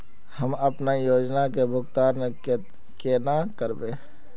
हम अपना योजना के भुगतान केना करबे?